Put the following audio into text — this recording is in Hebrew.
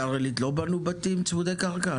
ובבית"ר עלית לא בנו בתים צמודי קרקע?